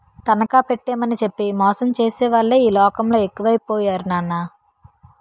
తనఖా పెట్టేమని చెప్పి మోసం చేసేవాళ్ళే ఈ లోకంలో ఎక్కువై పోయారు నాన్నా